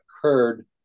occurred